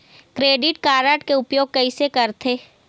Credit card के उपयोग कैसे करथे?